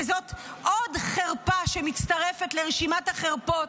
וזאת עוד חרפה שמצטרפת לרשימת החרפות,